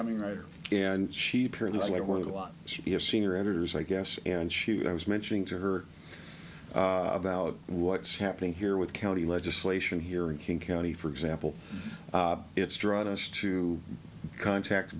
coming writer and she purred like they were the lot should be a senior editors i guess and shoot i was mentioning to her about what's happening here with county legislation here in king county for example it's drawn us to contact to